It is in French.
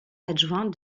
adjoint